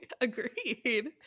Agreed